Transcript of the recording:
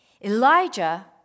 Elijah